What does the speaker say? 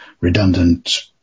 redundant